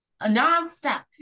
Nonstop